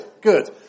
Good